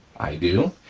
i do,